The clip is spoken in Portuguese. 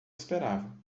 esperava